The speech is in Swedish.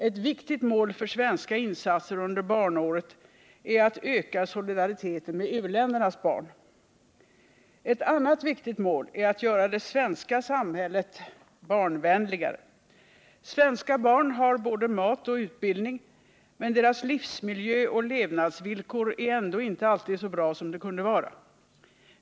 Ett viktigt mål för svenska insatser under barnåret är att öka solidariteten med u-ländernas barn. Ett annat viktigt mål är att göra det svenska samhället barnvänligare. Svenska barn har både mat och utbildning, men deras livsmiljö och levnadsvillkor är ändå inte alltid så bra de kunde vara.